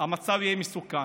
המצב יהיה מסוכן,